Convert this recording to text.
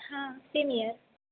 हां सीनियर